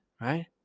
right